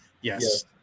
yes